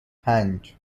پنج